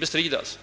bestridas.